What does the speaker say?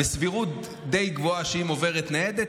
בסבירות די גבוהה שאם עוברת ניידת,